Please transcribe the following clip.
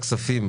רשות המיסים.